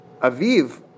Aviv